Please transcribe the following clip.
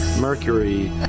Mercury